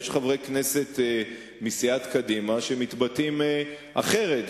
יש חברי כנסת מסיעת קדימה שמתבטאים אחרת,